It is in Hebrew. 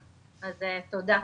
אז תודה.